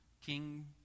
King